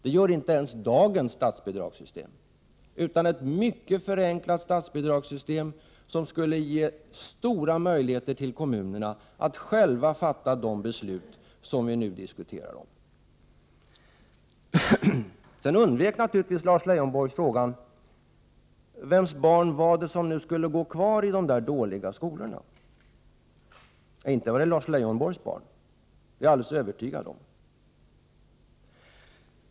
Det är inte ens fallet med dagens statsbidragssysem. Det är fråga om ett mycket förenklat statsbidragssystem, som skulle ge stora möjligheter till kommunerna att själva fatta de beslut som vi nu diskuterar. Lars Leijonborg undvek naturligtvis frågan om vems barn det är som skall gå kvar i de dåliga skolorna. Det är inte Lars Leijonborgs barn, det är jag alldeles övertygad om.